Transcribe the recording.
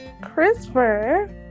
Christopher